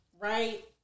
Right